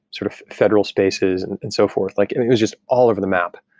sort of federal spaces and so forth. like and it was just all over the map.